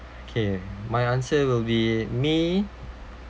okay my answer will be me